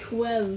twelve